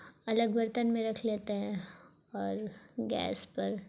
الگ برتن میں رکھ لیتے ہیں اور گیس پر